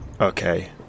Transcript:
Okay